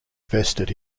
vested